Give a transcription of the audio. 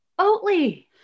oatly